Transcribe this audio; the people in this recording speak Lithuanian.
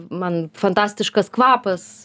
man fantastiškas kvapas